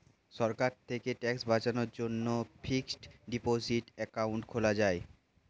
সরকার থেকে ট্যাক্স বাঁচানোর জন্যে ফিক্সড ডিপোসিট অ্যাকাউন্ট খোলা যায়